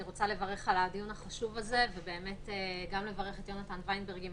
אני רוצה לברך על הדיון החשוב הזה וגם לברך את יונתן ווינברג על